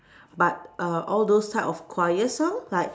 but err all those type of choir song like